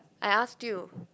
I ask you